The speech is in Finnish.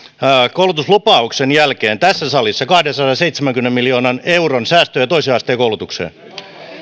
koulutuslupauksen jälkeen tässä salissa kahdensadanseitsemänkymmenen miljoonan euron säästöjä toisen asteen koulutukseen